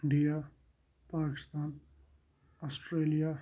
India Pakistan Australia